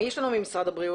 מי יש לנו ממשרד הבריאות?